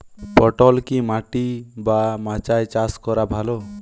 পটল কি মাটি বা মাচায় চাষ করা ভালো?